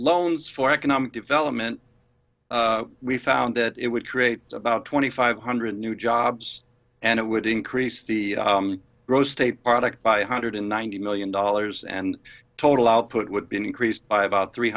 loans for economic development we found that it would create about twenty five hundred new jobs and it would increase the grossed a product by a hundred and ninety million dollars and total output would be increased by about three